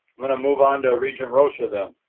i'm going to move on to regent rosha then.